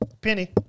Penny